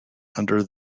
under